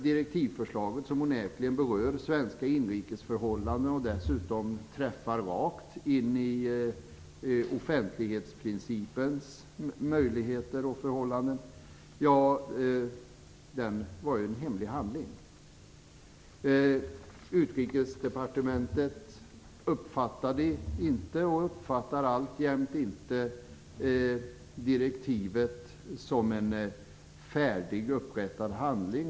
Direktivförslaget, som onekligen berör svenska inrikes förhållanden och dessutom träffar vagt in i offentlighetsprincipens möjligheter och förhållanden, var en hemlig handling. Utrikesdepartementet uppfattade inte, och uppfattar alltjämt inte, direktivet som en färdigupprättad handling.